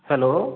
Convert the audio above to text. hello